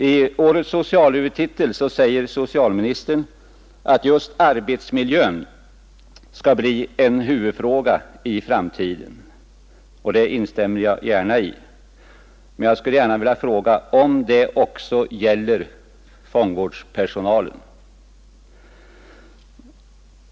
I årets socialhuvudtitel säger socialministern att just arbetsmiljön skall bli en huvud fråga i framtiden. Det instämmer jag gärna i. Men jag vill fråga om det också är fallet för fångvårdspersonalen.